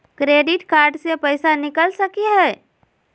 Credit card से पैसा निकल सकी हय?